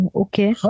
okay